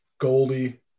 Goldie